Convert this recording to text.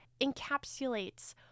encapsulates